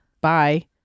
Bye